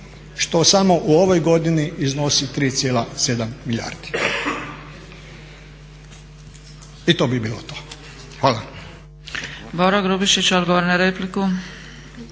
što samo u ovoj godini iznosi 3,7 milijardi. I to bi bilo to. Hvala.